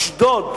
לשדוד,